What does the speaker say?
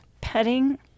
petting